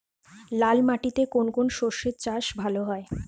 লাল মাটিতে কোন কোন শস্যের চাষ ভালো হয়?